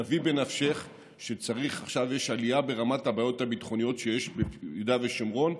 שווי בנפשך שעכשיו יש עלייה ברמת הבעיות הביטחוניות שיש ביהודה ושומרון,